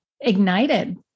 ignited